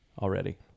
already